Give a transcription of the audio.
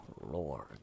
Lord